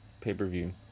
pay-per-view